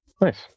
Nice